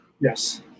Yes